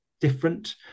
different